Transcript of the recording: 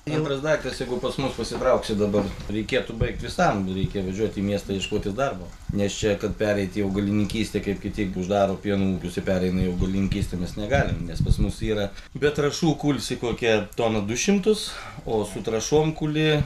antras daiktas jeigu pas mus pasitrauksi dabar reikėtų baigti visam reikia važiuot į miestą ieškoti darbo nes čia kad pereiti į augalininkystę kaip kiti uždaro pieno ūkius ir pereina į augalininkystę mes negalim nes pas mus yra be trašų kulsi kokią toną du šimtus o su trąšom kūli